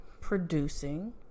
producing